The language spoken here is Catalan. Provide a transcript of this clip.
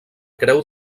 creu